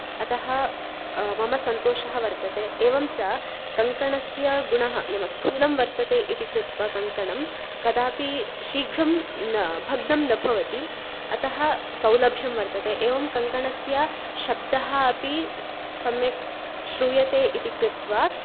अतः मम सन्तोषः वर्तते एवं च कङ्कणस्य गुणः नाम स्थूलं वर्तते इति कृत्वा कङ्कणं कदापि शीघ्रं न भग्नं न भवति अतः सौलभ्यं वर्तते एवं कङ्कणस्य शब्दः अपि सम्यक् श्रूयते इति कृत्वा